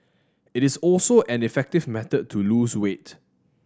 it is also an effective method to lose weight